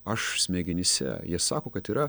aš smegenyse jie sako kad yra